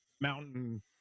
mountain